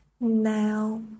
Now